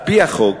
על-פי החוק,